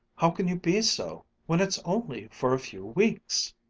how can you be so when it's only for a few weeks!